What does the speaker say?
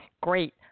Great